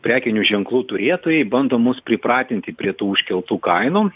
prekinių ženklų turėtojai bando mus pripratinti prie tų užkeltų kainų